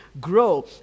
grow